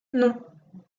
non